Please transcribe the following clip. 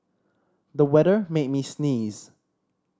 the weather made me sneeze